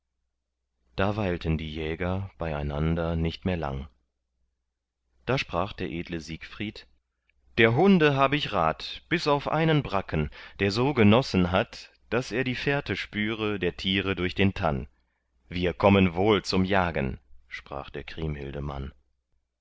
da weilten die jäger beieinander nicht mehr lang da sprach der edle siegfried der hunde hab ich rat bis auf einen bracken der so genossen hat daß er die fährte spüre der tiere durch den tann wir kommen wohl zum jagen sprach der kriemhilde mann